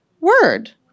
word